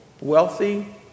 Wealthy